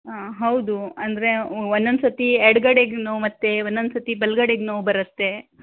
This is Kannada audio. ಹಾಂ ಹೌದು ಅಂದರೆ ಒಂದೊಂದು ಸತಿ ಎಡಗಡೆಗೆ ನೋಯುತ್ತೆ ಒಂದೊಂದು ಸತಿ ಬಲಗಡೆಗೆ ನೋವು ಬರತ್ತೆ